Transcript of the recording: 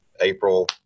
April